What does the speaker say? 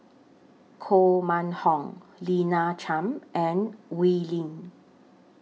Koh Mun Hong Lina Chiam and Oi Lin